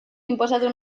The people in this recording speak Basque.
inposatu